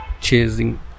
chasing